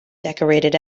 decorated